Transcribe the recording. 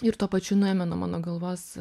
ir tuo pačiu nuėmė nuo mano galvos